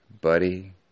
buddy